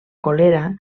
colera